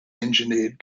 engineered